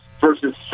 versus